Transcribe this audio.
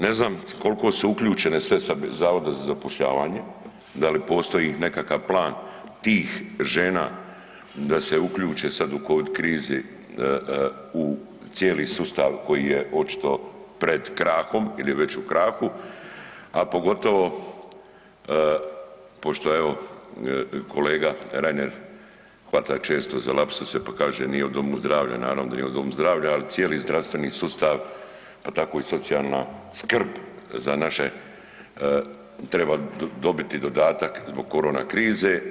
Ne znam koliko su uključena sve sa Zavoda za zapošljavanje, da li postoji nekakav plan tih žena da se uključe sad u cijeli sustav koji je očito pred krahom ili je već u krahu, a pogotovo pošto evo kolega Reiner hvata često za lapsuse pa kaže nije o domu zdravlja, naravno da nije o domu zdravlja, ali cijeli zdravstveni sustav pa tako i socijalna skrb za naše treba dobiti dodatak zbog korona krize.